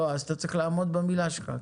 לא, אתה צריך לעמוד במילה שלך.